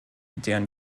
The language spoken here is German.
deren